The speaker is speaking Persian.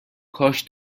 کاش